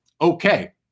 Okay